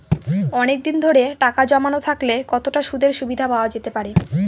অনেকদিন ধরে টাকা জমানো থাকলে কতটা সুদের সুবিধে পাওয়া যেতে পারে?